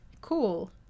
Cool